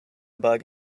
bug